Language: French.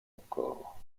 encore